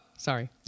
Sorry